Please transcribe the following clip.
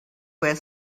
were